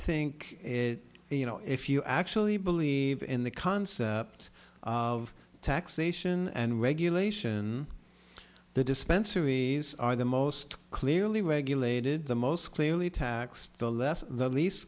think you know if you actually believe in the concept of taxation and regulation the dispensary are the most clearly regulated the most clearly taxed the less the leas